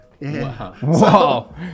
Wow